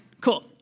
Cool